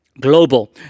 global